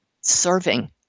serving